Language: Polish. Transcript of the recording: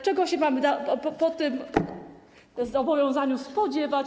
Czego się mamy po tym zobowiązaniu spodziewać?